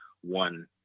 one